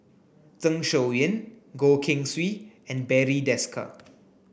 Zeng Shouyin Goh Keng Swee and Barry Desker